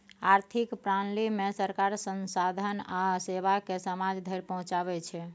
आर्थिक प्रणालीमे सरकार संसाधन आ सेवाकेँ समाज धरि पहुंचाबै छै